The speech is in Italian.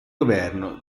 governo